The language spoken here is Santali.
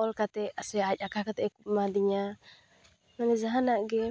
ᱚᱞ ᱠᱟᱛᱮᱜ ᱥᱮ ᱟᱡ ᱟᱸᱠᱟ ᱠᱟᱛᱮᱜ ᱮ ᱮᱢᱟᱫᱤᱧᱟ ᱢᱟᱱᱮ ᱡᱟᱦᱟᱱᱟᱜ ᱜᱮ